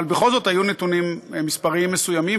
אבל בכל זאת היו נתונים מספריים מסוימים,